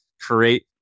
create